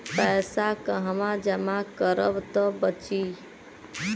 पैसा कहवा जमा करब त बची?